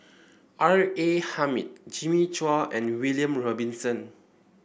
R A Hamid Jimmy Chua and William Robinson